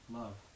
love